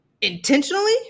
intentionally